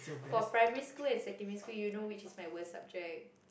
for primary school and secondary school you know which is my worst subject